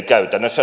käytännössä